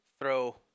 throw